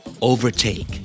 Overtake